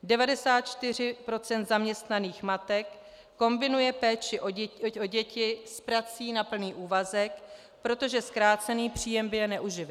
94 % zaměstnaných matek kombinuje péči o děti s prací na plný úvazek, protože zkrácený příjem by je neuživil.